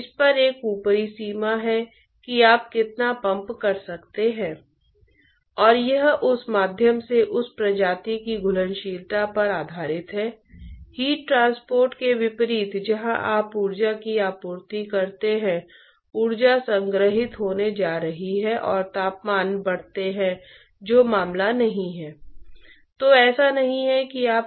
हम इन दोनों विषयों को अलग अलग देखते हैं और उनमें से प्रत्येक के लिए लामिना और अशांत प्रवाह के लिए हमारे पास दो अलग अलग मामले होंगे